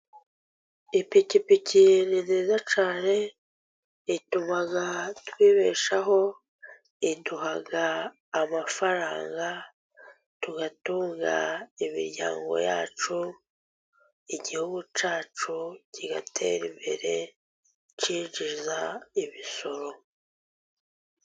Ipikipiki ni nziza cyane, ituma twibeshaho, iduha amafaranga, tugatunga imiryango yacu, igihugu cyacu kigatera imbere, cyinjiza imisoro.